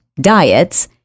diets